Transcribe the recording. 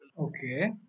Okay